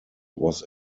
was